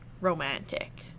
romantic